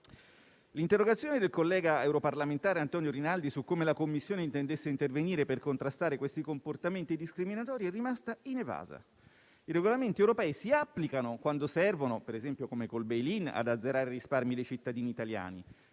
L'interrogazione del collega europarlamentare Antonio Rinaldi su come la Commissione intendesse intervenire per contrastare questi comportamenti discriminatori è rimasta inevasa. I regolamenti europei si applicano quando servono, per esempio come col *bail in*, ad azzerare risparmi dei cittadini italiani;